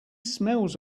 smells